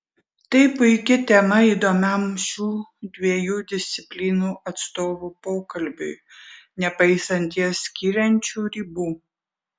tai puiki tema įdomiam šių dviejų disciplinų atstovų pokalbiui nepaisant jas skiriančių ribų